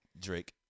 Drake